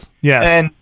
Yes